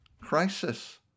crisis